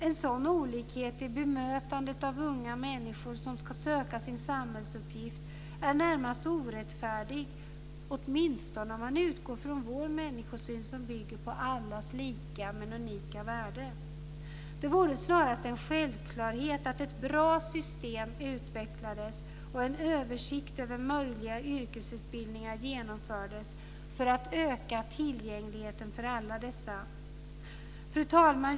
En sådan olikhet i bemötandet av unga människor som ska söka sin samhällsuppgift är närmast orättfärdig, åtminstone om man utgår från vår människosyn som bygger på allas lika och unika värde. Det vore snarare en självklarhet att ett bra system utvecklades och en översikt över möjliga yrkesutbildningar genomfördes för att öka tillgängligheten för alla dessa. Fru talman!